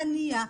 ענייה,